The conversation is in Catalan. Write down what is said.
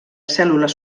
cèl·lules